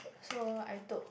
so I took